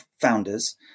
founders